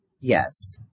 Yes